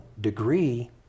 degree